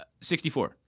64